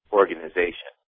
organization